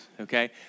okay